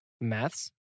maths